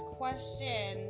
question